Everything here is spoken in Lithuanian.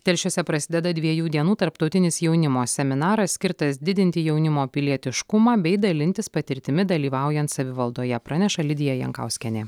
telšiuose prasideda dviejų dienų tarptautinis jaunimo seminaras skirtas didinti jaunimo pilietiškumą bei dalintis patirtimi dalyvaujant savivaldoje praneša lidija jankauskienė